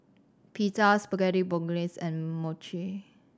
Pita Spaghetti Bolognese and Mochi